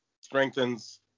strengthens